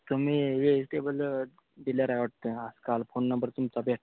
तुम्ही vegetable dealer आहे वाटतं काल फोन नंबर तुमचा भेट